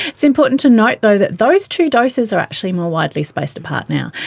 it's important to note though that those two doses are actually more widely spaced apart now.